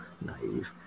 naive